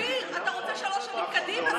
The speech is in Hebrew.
כי זה לא סביר, אתה רוצה שלוש שנים קדימה.